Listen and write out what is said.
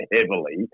heavily